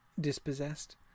dispossessed